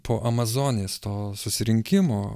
po amazonės to susirinkimo